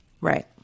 Right